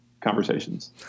conversations